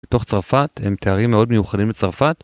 בתוך צרפת הם תארים מאוד מיוחדים לצרפת